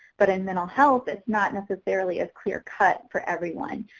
but in mental health is not necessarily as clear-cut for everyone.